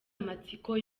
amatsiko